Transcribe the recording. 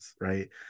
right